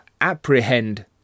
apprehend